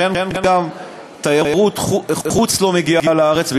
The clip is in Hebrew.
לכן גם תיירות חוץ לא מגיעה לארץ,